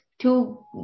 two